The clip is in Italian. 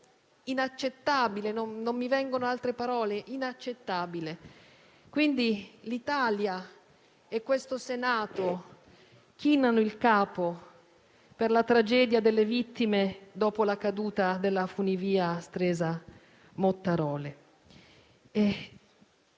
inaccettabile. Non mi vengono in mente altre parole, se non «inaccettabile». Quindi, l'Italia e il Senato chinano il capo per la tragedia delle vittime dopo la caduta della funivia Stresa-Mottarone.